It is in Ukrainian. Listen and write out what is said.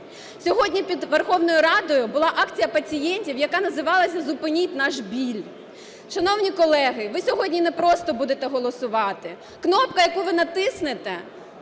Сьогодні під Верховною Радою була акція пацієнтів, яка називалась: "Зупиніть наш біль". Шановні колеги, ви сьогодні не просто будете голосувати. Кнопка, яку ви натиснете,